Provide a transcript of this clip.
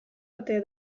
ote